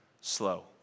slow